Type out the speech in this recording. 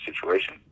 situation